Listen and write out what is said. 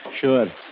Sure